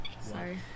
Sorry